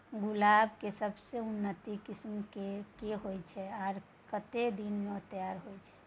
गुलाब के सबसे उन्नत किस्म केना होयत छै आ कतेक दिन में तैयार होयत छै?